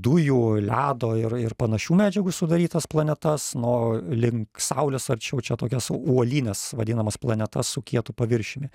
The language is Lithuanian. dujų ledo ir ir panašių medžiagų sudarytas planetas nu o link saulės arčiau čia tokias uolines vadinamas planetas su kietu paviršiumi